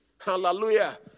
Hallelujah